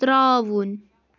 ترٛاوُن